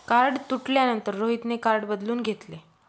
card तुटल्यानंतर रोहितने card बदलून घेतले